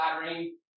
flattering